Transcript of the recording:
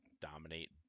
dominate